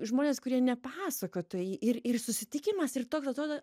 žmonės kurie ne pasakotojai ir ir susitikimas ir toks atrodo